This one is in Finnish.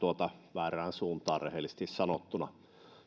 väärään suuntaan rehellisesti sanottuna